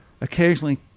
occasionally